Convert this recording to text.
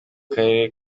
karere